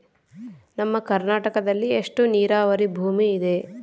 ನಮ್ಮ ಕರ್ನಾಟಕದಲ್ಲಿ ಎಷ್ಟು ನೇರಾವರಿ ಭೂಮಿ ಇದೆ?